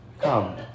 come